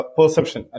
Perception